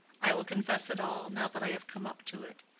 i will confess it all, now that i have come up to it.